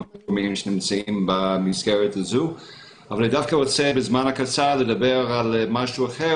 בזמן הקצר אני רוצה לדבר על משהו אחר